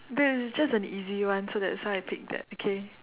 this this is just an easy one so that's why I just take that okay